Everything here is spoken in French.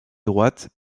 droite